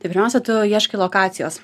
tai pirmiausia tu ieškai lokacijos